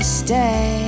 stay